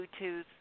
Bluetooth